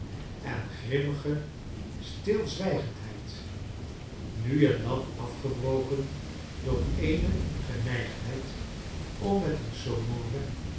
en grimmige stilzwijgendheid nu en dan afebroken door eene geneigdheid om met een sonore